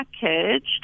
packaged